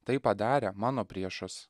taip padarė mano priešus